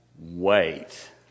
wait